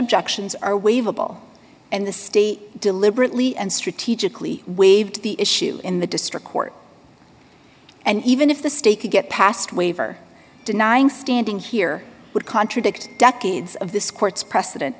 objections are wave a ball and the state deliberately and strategically waived the issue in the district court and even if the state could get past waiver denying standing here would contradict decades of this court's preceden